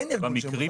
אין דבר כזה.